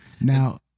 Now